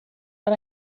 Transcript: but